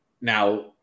Now